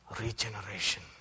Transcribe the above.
regeneration